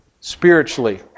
spiritually